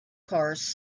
cars